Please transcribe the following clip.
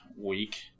week